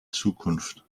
zukunft